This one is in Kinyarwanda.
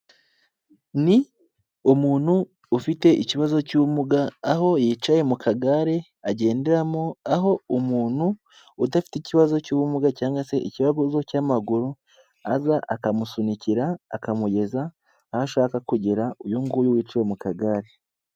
Ni umuntu ufite ikibazo cy'ubumuga, aho yicaye mu kagare agenderamo, aho umuntu udafite ikibazo cy'ubumuga cyangwa se ikibazo cy'amaguru, aza akamusunikira akamugeza aho ashaka kugera, uyu nguyu wicaye mu kagare.